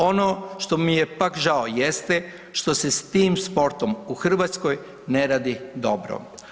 Ono što mi je pak žao jeste što se s tim sportom u Hrvatskoj ne radi dobro.